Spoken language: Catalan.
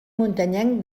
muntanyenc